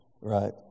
Right